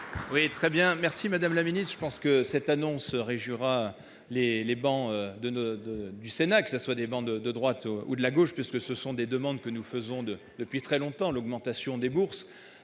Oui très bien merci Madame la Ministre je pense. Que cette annonce régira les les bancs de ne de du Sénat, que ça soit des bandes de droite ou de la gauche puisque ce sont des demandes que nous faisons de depuis très longtemps l'augmentation des bourses